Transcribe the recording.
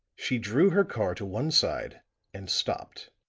she drew her car to one side and stopped.